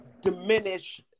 diminish